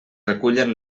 recullen